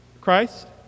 Christ